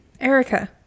Erica